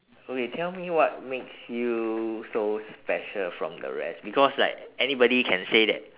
okay tell me what makes you so special from the rest because like anybody can say that